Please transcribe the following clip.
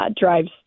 drives